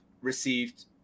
received